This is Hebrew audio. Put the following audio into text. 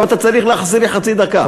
עכשיו אתה צריך להחזיר לי חצי דקה.